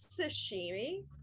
sashimi